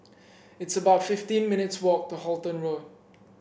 it's about fifteen minutes' walk to Halton Road